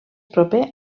proper